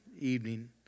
evening